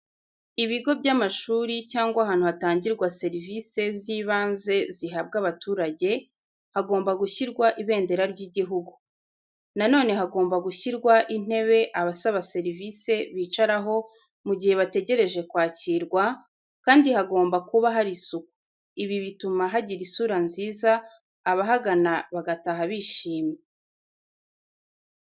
Ibigo by'amashuri cyangwa ahantu hatangirwa serivise zibanze zihabwa abaturage, hagomba gushyirwa ibendera ry'igihugu. Na none hagomba gushyirwa intebe abasaba serivice bicaraho mu gihe bategereje kwakirwa, kandi hagomba kuba hari isuku. Ibi bituma hagira isura nziza, abahagana bagataha bishimye.